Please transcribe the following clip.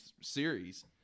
series